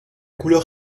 couleur